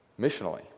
missionally